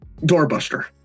Doorbuster